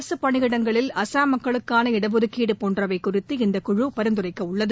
அரசு பணியிடங்களில் அஸ்ஸாம் மக்களுக்கான இடஒதுக்கீடு போன்றவை குறித்து இந்த குழு பரிந்துரைக்கவுள்ளது